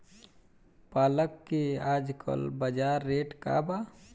पालक के आजकल बजार रेट का बा?